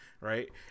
right